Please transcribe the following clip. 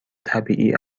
طبیعی